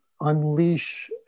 unleash